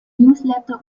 newsletter